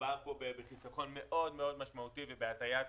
מדובר בחיסכון מאוד מאוד משמעותי ובהטיית